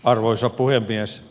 arvoisa puhemies